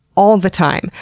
all the time!